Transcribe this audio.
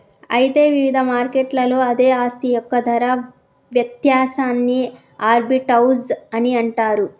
అయితే వివిధ మార్కెట్లలో అదే ఆస్తి యొక్క ధర వ్యత్యాసాన్ని ఆర్బిటౌజ్ అని అంటారు